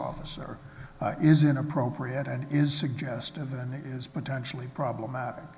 officer is inappropriate and is suggestive and is potentially problematic